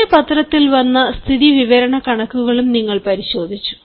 ചില പത്രത്തിൽ വന്ന സ്ഥിതിവിവരക്കണക്കുകളും നിങ്ങൾ പരിശോധിച്ചു